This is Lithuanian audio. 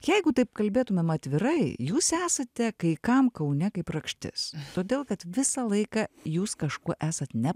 jeigu taip kalbėtumėm atvirai jūs esate kai kam kaune kaip rakštis todėl kad visą laiką jūs kažkuo esat ne